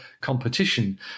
competition